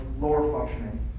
lower-functioning